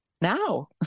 now